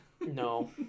no